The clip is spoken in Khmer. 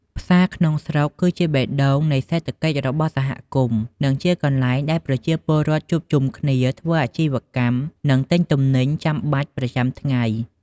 ផ្សារក្នុងស្រុក គឺជាបេះដូងនៃសេដ្ឋកិច្ចរបស់សហគមន៍ និងជាកន្លែងដែលប្រជាពលរដ្ឋជួបជុំគ្នាធ្វើអាជីវកម្ម និងទិញទំនិញចាំបាច់ប្រចាំថ្ងៃ។